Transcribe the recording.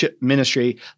ministry